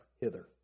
Hither